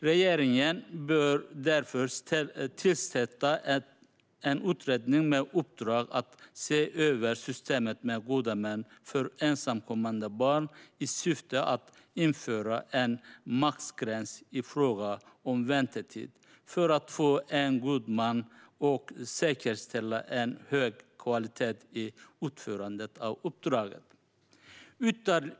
Regeringen bör därför tillsätta en utredning med uppdrag att se över systemet med gode män för ensamkommande barn i syfte att införa en maxgräns i fråga om väntetid för att få en god man och att säkerställa en hög kvalitet i utförandet av uppdraget.